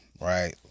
right